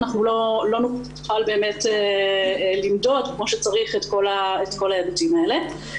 אנחנו לא נוכל באמת למדוד כמו שצריך את כל ההיבטים האלה.